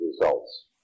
results